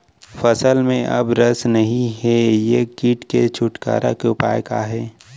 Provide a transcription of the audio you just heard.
फसल में अब रस नही हे ये किट से छुटकारा के उपाय का हे?